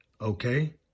Okay